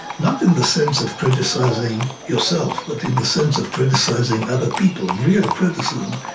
not in the sense of criticizing yourself, but in the sense of criticizing other people, real criticism,